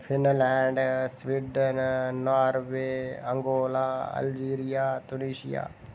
Finland Sweden Norway Angola Algeria Malaysia